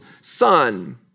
son